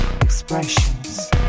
expressions